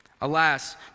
Alas